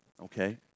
Okay